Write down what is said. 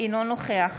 אינו נוכח